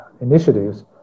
initiatives